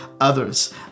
others